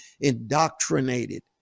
indoctrinated